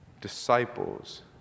Disciples